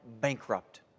bankrupt